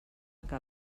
que